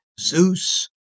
Zeus